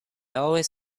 always